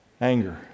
Anger